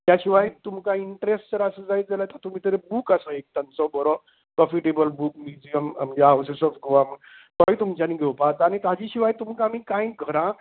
त्या शिवाय तुमका इंट्रस्ट जर आसा जायत जाल्यार तातू भितर एक बुक आसा तांचो बरो प्रोफिटेबल बूक म्युजीयम म्हणजे हाउजीज ऑफ गोवा म्हूण तोय तुमच्यानी घेवपा जाता आनी ताच्या शिवाय आमी कांय घरां